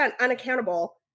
unaccountable